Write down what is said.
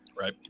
Right